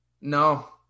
No